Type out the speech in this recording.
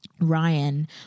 ryan